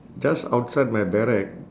just outside my barrack